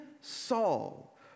Saul